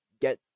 get